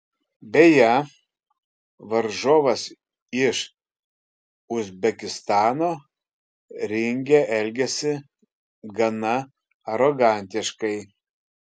beje varžovas iš uzbekistano ringe elgėsi gana arogantiškai